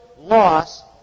loss